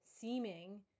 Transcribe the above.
seeming